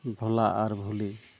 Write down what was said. ᱵᱷᱳᱞᱟ ᱟᱨ ᱵᱷᱩᱞᱤ